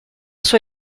sua